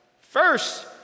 first